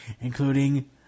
including